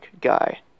guy